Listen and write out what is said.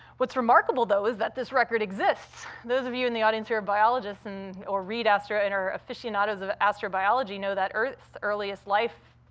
what's remarkable, though, is that this record exists. those of you in the audience who are biologists and or read astro and are aficionados of astrobiology know that earth's earliest life